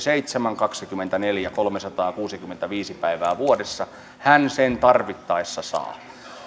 kaksikymmentäneljä kolmesataakuusikymmentäviisi päivää vuodessa hän sen tarvittaessa saa